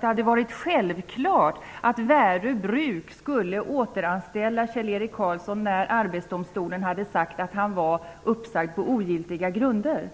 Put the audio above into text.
nu hade varit självklart att Värö Bruk skulle återanställa Kjell-Erik Karlsson när Arbetsdomstolen hade uttalat att han var uppsagd på ogiltiga grunder?